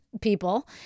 People